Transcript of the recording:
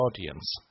audience